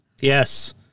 Yes